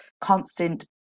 constant